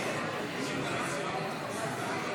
אם כן,